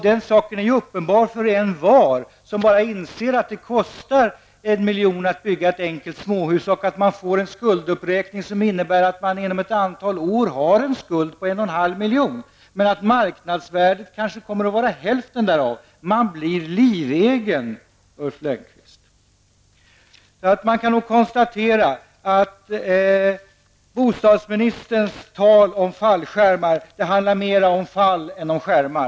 Den saken är uppenbar för envar som inser att det kostar 1 milj.kr. att bygga ett enkelt småhus och att det blir en skulduppräkning, som innebär att man inom ett antal år har en skuld på 1,5 milj.kr., varav marknadsvärdet kanske kommer att utgöra hälften. Jag kan konstatera att bostadsministerns tal om fallskärmar handlar mera om fall än om skärmar.